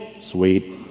Sweet